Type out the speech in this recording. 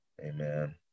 Amen